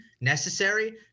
necessary